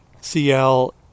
CL